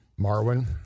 Marwin